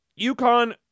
UConn